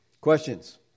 Questions